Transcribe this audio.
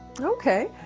okay